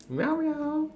meow meow